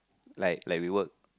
like like we work